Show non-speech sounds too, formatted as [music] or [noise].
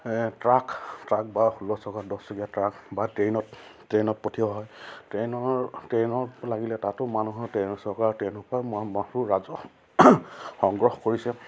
truck truck বা ষোল্ল চৰকাৰ দহচকীয়া ট্ৰাক বা ট্ৰেইনত ট্ৰেইনত পঠিয়াও হয় ট্ৰেইনৰ ট্ৰেইনত লাগিলে তাতো মানুহৰ ট্ৰেইন চৰকাৰৰ ট্ৰেইন কৰা [unintelligible] ৰাজহ সংগ্ৰহ কৰিছে